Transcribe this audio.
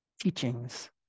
teachings